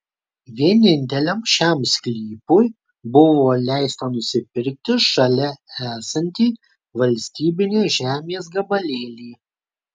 vieninteliam šiam sklypui buvo leista nusipirkti šalia esantį valstybinės žemės gabalėlį